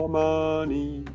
money